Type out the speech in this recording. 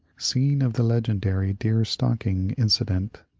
scene of the legendary deerstalking incident.